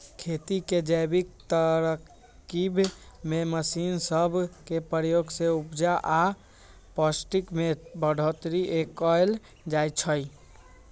खेती के जैविक तरकिब में मशीन सब के प्रयोग से उपजा आऽ पौष्टिक में बढ़ोतरी कएल जाइ छइ